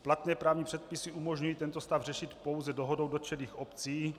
Platné právní předpisy umožňují tento stav řešit pouze dohodou dotčených obcí.